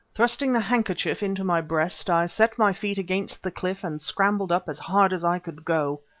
thrusting the handkerchief into my breast, i set my feet against the cliff and scrambled up as hard as i could go.